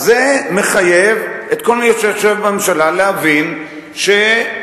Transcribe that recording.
אז זה מחייב את כל מי שיושב בממשלה להבין שאנחנו